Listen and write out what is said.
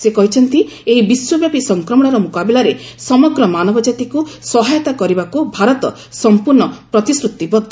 ସେ କହିଛନ୍ତି ଏହି ବିଶ୍ୱବ୍ୟାପୀ ସଂକ୍ରମଣର ମୁକାବିଲାରେ ସମଗ୍ର ମାନବଜ୍ଜାତିକୁ ସହାୟତା କରିବାକୁ ଭାରତ ସଂପୂର୍ଣ୍ଣ ପ୍ରତିଶ୍ରୁତିବଦ୍ଧ